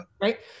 right